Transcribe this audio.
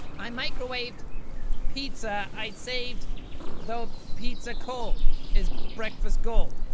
i microwaved pizza i'd saved tho pizza cold is breakfast gold.